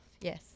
yes